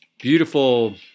beautiful